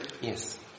Yes